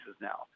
Now